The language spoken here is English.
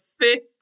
fifth